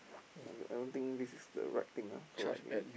I I don't think this is the right thing ah so I think